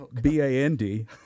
b-a-n-d